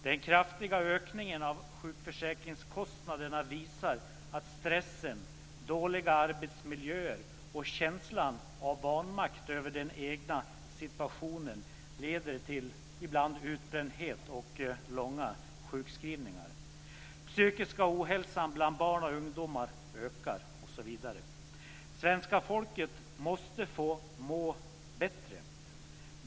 Den kraftiga ökningen av sjukförsäkringskostnaderna visar att stressen, dåliga arbetsmiljöer och känslan av vanmakt över den egna situationen ibland leder till utbrändhet och långa sjukskrivningar. Den psykiska ohälsan bland barn och ungdomar ökar osv. Svenska folket måste få må bättre.